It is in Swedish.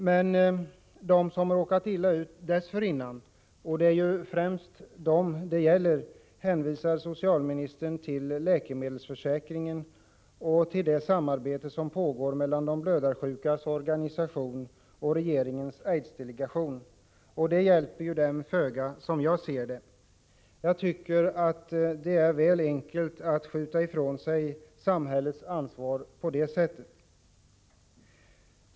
Men de som råkat illa ut dessförinnan — och det är ju främst dem det gäller — hänvisar socialministern till läkemedelsförsäkringen och det samarbete som pågår mellan de blödarsjukas organisation och regeringens aidsdelegation. Detta hjälper dem föga, som jag ser det. Jag tycker det är väl enkelt att skjuta ifrån sig samhällets ansvar på det sättet.